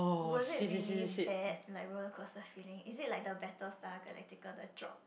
was it really bad like roller coaster feeling is it like the Battle-Star-Galactica the drop